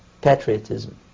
patriotism